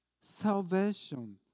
salvation